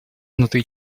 внутри